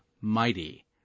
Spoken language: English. Mighty